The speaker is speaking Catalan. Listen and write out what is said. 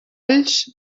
alls